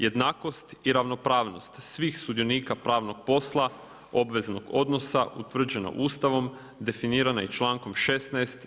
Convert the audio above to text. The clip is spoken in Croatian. Jednakost i ravnopravnost svih sudionika pravnog posla obveznog odnosa utvrđeno Ustavom definirana je člankom 16.